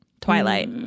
twilight